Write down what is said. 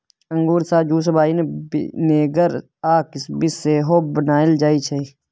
अंगुर सँ juice, wine, vinegar आ किसमिस सेहो बनाएल जाइ छै